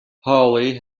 hawley